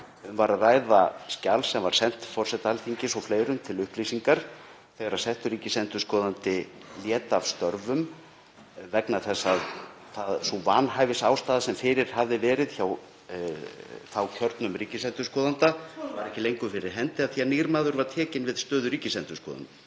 Um var að ræða skjal sem var sent forseta Alþingis og fleirum til upplýsingar þegar settur ríkisendurskoðandi lét af störfum vegna þess að sú vanhæfisástæða sem fyrir hafði verið hjá þá kjörnum ríkisendurskoðanda var ekki lengur fyrir hendi af því að nýr maður var tekinn við stöðu ríkisendurskoðanda.